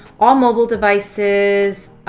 all mobile devices?